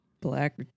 black